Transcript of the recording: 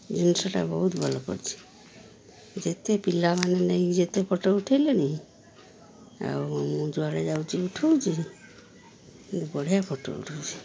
ଜିନିଷଟା ବହୁତ ଭଲ ପଡ଼ିଛିି ଯେତେ ପିଲାମାନେ ନେଇକି ଯେତେ ଫଟୋ ଉଠେଇଲେଣି ଆଉ ମୁଁ ଯେଉଁଆଡ଼େ ଯାଉଛି ଉଠଉଛି ଏ ବଢ଼ିଆ ଫଟୋ ଉଠୁଛି